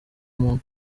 muntu